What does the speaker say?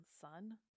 son